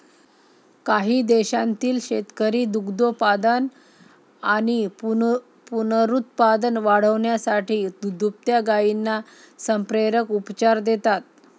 काही देशांतील शेतकरी दुग्धोत्पादन आणि पुनरुत्पादन वाढवण्यासाठी दुभत्या गायींना संप्रेरक उपचार देतात